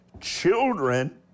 children